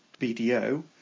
BDO